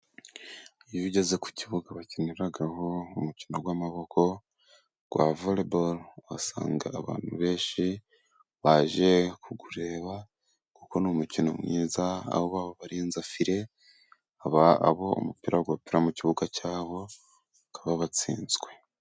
Iyo ugeze ku kibuga bakiniragaho umukino w'amaboko Volebolo. Uhasanga abantu benshi ,baje kukureba. Kuko ni umukino mwiza. Aho bababarenza fire haba. Abo umupir wapfira mu kibuga cyabo bakaba batsinzwe.